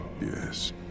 Yes